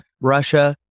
Russia